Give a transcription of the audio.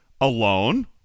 alone